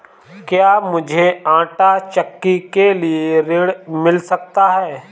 क्या मूझे आंटा चक्की के लिए ऋण मिल सकता है?